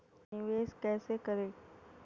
निवेश कैसे करें?